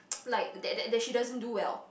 like that that she doesn't do well